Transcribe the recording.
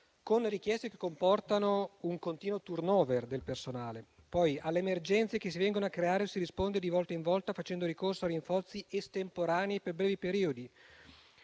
con richieste che comportano un continuo *turnover* del personale; alle emergenze che si vengono a creare si risponde di volta in volta facendo ricorso a rinforzi estemporanei per brevi periodi;